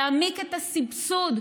להעמיק את הסבסוד,